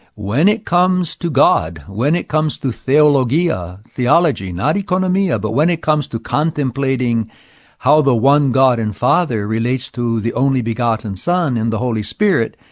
when it comes to god, when it comes to theologia, theology, not oikonomia, but when it comes to contemplating how the one god and father relates to the only-begotten son and the holy spirit,